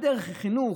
הדרך היא חינוך,